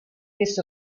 list